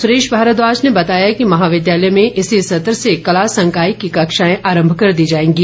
सुरेश भारद्वाज ने बताया कि महाविद्यालय में इसी सत्र से कला संकाय की कक्षाएं आरंभ कर दी जाएंगी